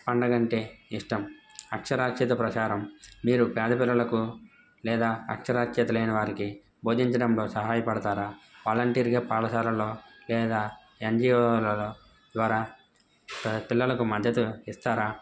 పండగంటే ఇష్టం అక్షరాస్యత ప్రచారం మీరు పేద పిల్లలకు లేదా అక్షరాస్యత లేని వారికి భోధించడంలో సహాయపడతారా వాలంటీర్గా పాఠశాలలో లేదా ఎన్ జీ ఓలలో ద్వారా పిల్లలకు మద్దతు ఇస్తారా